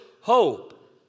hope